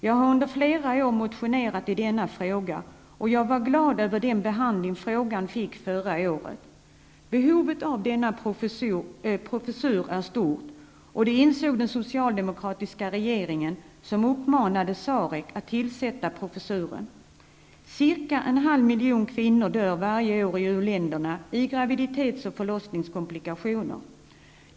Jag har under flera år motionerat i denna fråga, och jag var glad över den behandling frågan fick förra året. Behovet av denna professur är stort, och det insåg den socialdemokratiska regeringen, som uppmanade SAREC att tillsätta professuren. Cirka en halv miljon kvinnor dör varje år i u-länderna i graviditets och förlossningskomplikationer.